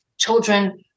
children